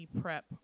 prep